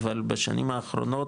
אבל בשנים האחרונות,